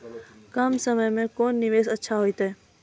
कम समय के कोंन निवेश अच्छा होइतै?